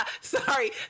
Sorry